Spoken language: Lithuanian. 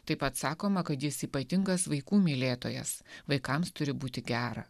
taip pat sakoma kad jis ypatingas vaikų mylėtojas vaikams turi būti gera